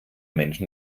menschen